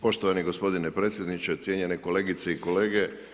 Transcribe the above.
Poštovani gospodine predsjedniče, cijenjene kolegice i kolege.